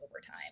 overtime